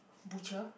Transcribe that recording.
butcher